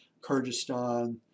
Kyrgyzstan